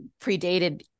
predated